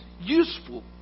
useful